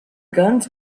guns